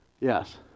Yes